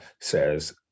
says